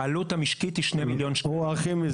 העלות המשקית היא 2 מיליון שקלים.